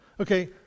Okay